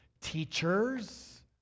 teachers